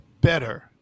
better